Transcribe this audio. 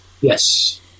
Yes